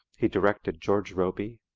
he directed george robey,